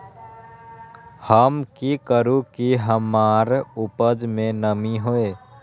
हम की करू की हमार उपज में नमी होए?